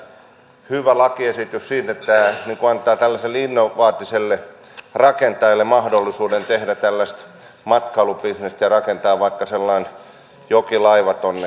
tämä on erittäin hyvä lakiesitys sikäli että tämä antaa innovatiiviselle rakentajalle mahdollisuuden tehdä matkailubisnestä ja rakentaa vaikka sellainen jokilaiva tuonne sisävesille